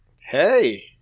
Hey